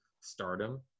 stardom